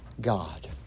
God